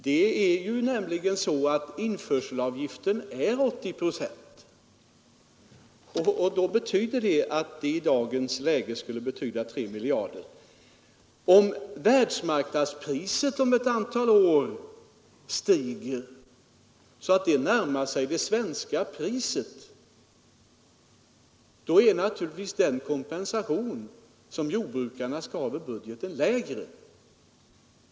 Införselav giften är nämligen 80 procent, och det skulle i dagens läge betyda 3 miljarder. Om världsmarknadspriset om ett antal år stiger, så att det närmar sig det svenska priset, är naturligtvis den kompensation som jordbrukarna skall ha över budgeten lägre.